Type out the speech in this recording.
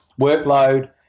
workload